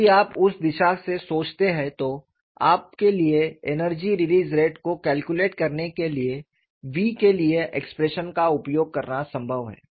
यदि आप उस दिशा से सोचते हैं तो आपके लिए एनर्जी रिलीज़ रेट को कैलकुलेट करने के लिए v के लिए एक्सप्रेशन का उपयोग करना संभव है